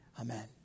Amen